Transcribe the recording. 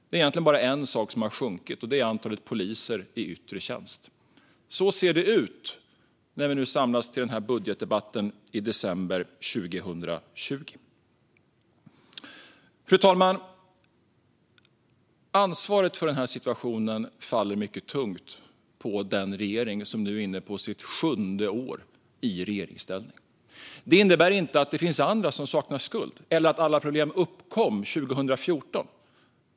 Det är egentligen bara en sak som har sjunkit, och det är antalet poliser i yttre tjänst. Så ser det ut, när vi nu samlas till budgetdebatt i december 2020. Fru talman! Ansvaret för den här situationen faller mycket tungt på den regering som nu är inne på sitt sjunde år i regeringsställning. Det innebär inte att det inte finns andra som saknar skuld eller att alla problem uppkom 2014.